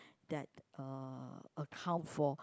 that uh account for